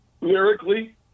lyrically